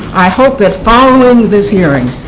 i hope that following this hearing,